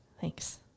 Thanks